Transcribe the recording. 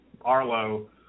Arlo